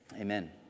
Amen